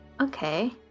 Okay